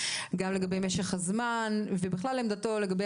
גם לגבי משך הזמן ובכלל עמדתו לגבי